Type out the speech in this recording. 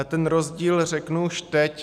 Ten rozdíl řeknu už teď.